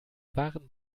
waren